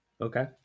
okay